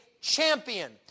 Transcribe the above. champion